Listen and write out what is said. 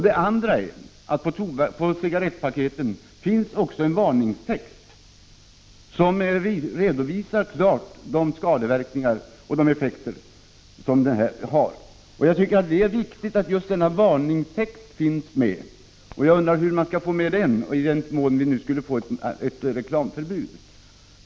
Det andra är att på cigarettpaketen finns också en varningstext som klart redovisar de skadeverkningar rökningen har. Jag tycker att det är viktigt att varningstexten finns med, och jag undrar hur man skall få med den om vi inför ett reklamförbud.